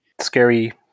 scary